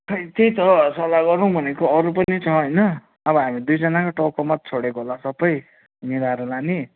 खै त्यही त हौ सल्लाह गरौँ भनेको अरू पनि छ होइन अब हामी दुईजनाको टाउकोमा छोडेको होला सबै मिलाएर लाने